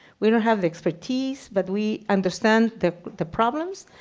we don't have the expertise, but we understand the the problems.